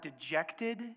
dejected